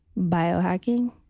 biohacking